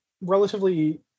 relatively